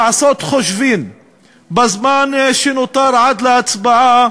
לעשות חושבים בזמן שנותר עד להצבעה